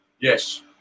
Yes